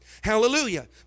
Hallelujah